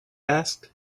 asked